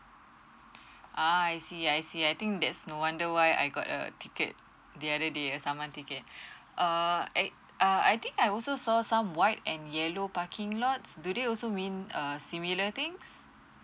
uh I see I see I think there's no wonder why I got a ticket the other day a summon ticket err I err I think I also saw some white and yellow parking lots do they also mean a similar things